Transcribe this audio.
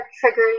triggers